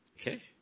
Okay